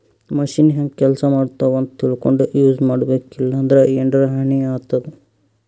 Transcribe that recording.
machine ಹೆಂಗ್ ಕೆಲಸ ಮಾಡ್ತಾವ್ ಅಂತ್ ತಿಳ್ಕೊಂಡ್ ಯೂಸ್ ಮಾಡ್ಬೇಕ್ ಇಲ್ಲಂದ್ರ ಎನರೆ ಹಾನಿ ಆತದ್